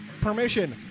permission